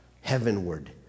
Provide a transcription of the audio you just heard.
heavenward